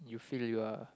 you feel you are